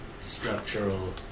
structural